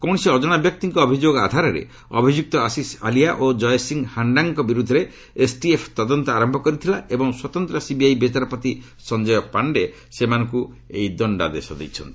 କୌଣସି ଅଜଣା ବ୍ୟକ୍ତିଙ୍କ ଅଭିଯୋଗ ଆଧାରରେ ଅଭିଯ୍ରକ୍ତ ଆଶିଷ ଆଲିଆ ଓ ଜୟସିଂ ହାଣ୍ଡାଙ୍କ ବିର୍ଦ୍ଧରେ ଏସ୍ଟିଏଫ୍ ତଦନ୍ତ ଆରମ୍ଭ କରିଥିଲା ଏବଂ ସ୍ୱତନ୍ତ୍ର ସିବିଆଇ ବିଚାରପତି ସଞ୍ଜୟ ପାଣ୍ଡେ ସେମାନଙ୍କୁ ଏହି ଦଶ୍ଡାଦେଶ ଦେଇଛନ୍ତି